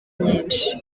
nyinshi